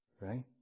right